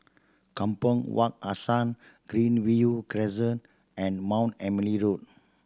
Kampong Wak Hassan Greenview Crescent and Mount Emily Road